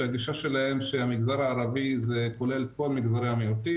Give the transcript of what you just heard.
שהגישה שלהם שהמגזר הערבי זה כולל את כל מגזרי המיעוטים,